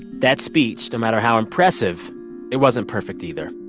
that speech, no matter how impressive it wasn't perfect, either.